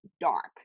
dark